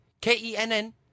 K-E-N-N